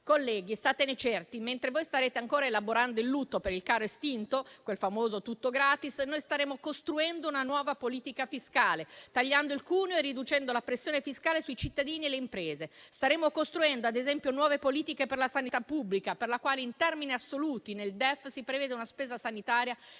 Colleghi, statene certi, mentre voi starete ancora elaborando il lutto per il caro estinto, quel famoso "tutto gratis", noi staremo costruendo una nuova politica fiscale, tagliando il cuneo e riducendo la pressione fiscale sui cittadini e le imprese. Staremo costruendo, ad esempio, nuove politiche per la sanità pubblica, per la quale in termini assoluti nel DEF si prevede una spesa sanitaria